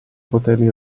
poterli